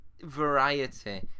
variety